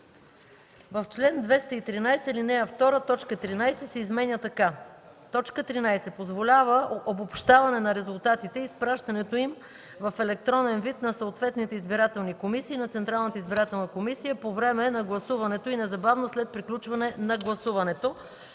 в чл. 213, ал. 2, т. 13 се изменя така: „13. позволява обобщаване на резултатите и изпращането им в електронен вид на съответните избирателни комисии и на Централната избирателна комисия по време на гласуването и незабавно след приключване на гласуването;”.